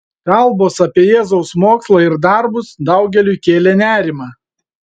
kalbos apie jėzaus mokslą ir darbus daugeliui kėlė nerimą